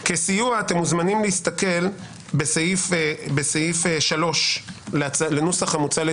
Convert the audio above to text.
הצעת חוק פרטית מס' 50/24, שהוגשה בכנסת הקודמת.